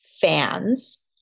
fans